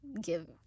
give